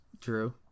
True